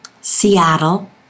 Seattle